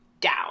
down